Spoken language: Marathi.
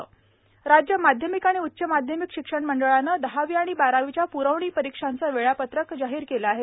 प्रवणी परीक्षा राज्य माध्यमिक आणि उच्च माध्यमिक शिक्षण मंडळानं दहावी आणि बारावीच्या प्रवणी परीक्षांचं वेळापत्रक जाहीर केलं आहे